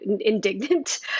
indignant